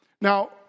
Now